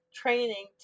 training